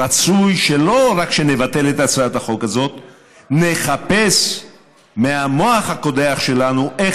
רצוי שלא רק נבטל את הצעת החוק הזאת אלא נחפש במוח הקודח שלנו איך